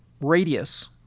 radius